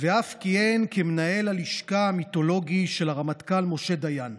ואף כיהן כמנהל הלשכה המיתולוגי של הרמטכ"ל משה דיין.